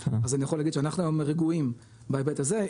אז אני יכול להגיד שאנחנו היום רגועים בהיבט הזה,